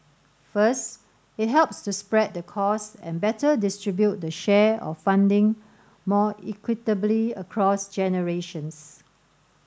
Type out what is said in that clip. first it helps to spread the costs and better distribute the share of funding more equitably across generations